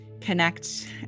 connect